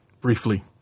briefly